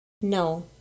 No